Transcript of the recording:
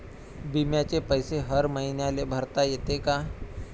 बिम्याचे पैसे हर मईन्याले भरता येते का?